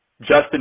Justin